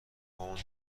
پوند